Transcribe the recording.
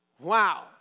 Wow